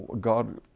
God